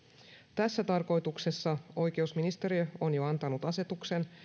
tässä tarkoituksessa oikeusministeriö on jo antanut asetuksen